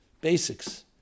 basics